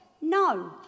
No